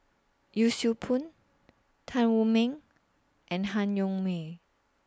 Yee Siew Pun Tan Wu Meng and Han Yong May